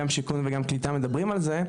גם שיכון וגם קליטה מדברים על זה,